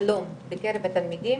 לחלום בקרב התלמידים